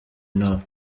nord